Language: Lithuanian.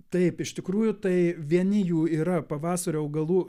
taip iš tikrųjų tai vieni jų yra pavasario augalų